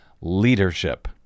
leadership